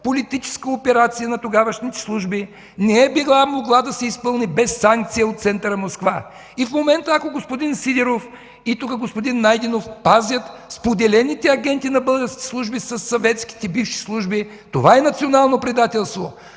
външнополитическа операция на тогавашните служби не е могла да се изпълни без санкция от центъра Москва. В момента, ако господин Сидеров и господин Найденов пазят споделените агенти на българските служби със съветските бивши служби, това е национално предателство.